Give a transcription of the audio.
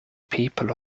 people